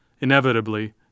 Inevitably